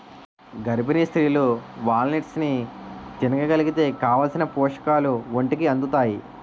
గర్భిణీ స్త్రీలు వాల్నట్స్ని తినగలిగితే కావాలిసిన పోషకాలు ఒంటికి అందుతాయి